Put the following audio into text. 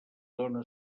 dóna